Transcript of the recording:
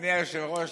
אדוני היושב-ראש,